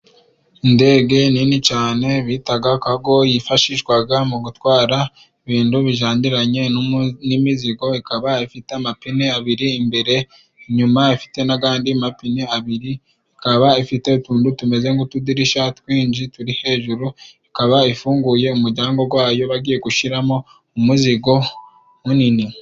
Indege nini cane bitaga Kago yifashishwaga mu gutwara ibintu bijaniranye n'imizigo. Ikaba ifite amapine abiri imbere, inyuma ifite n'agandi mapine abiri. Ikaba ifite utuntu tumeze nk'utudirishya twinji turi hejuru, ikaba ifunguye umuryango wayo, bagiye gushiramo umuzigo munini.